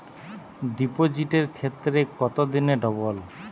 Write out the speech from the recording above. ডিপোজিটের ক্ষেত্রে কত দিনে ডবল?